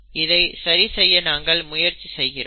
இதை சரி செய்ய நாங்கள் முயற்சி செய்கிறோம்